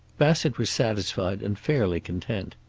bassett was satisfied and fairly content.